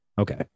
Okay